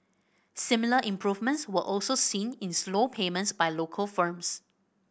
similar improvements were also seen in slow payments by local firms